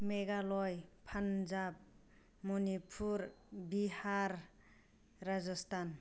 Meghalaya Punjab Manipur Bihar Rajasthan